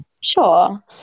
Sure